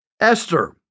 Esther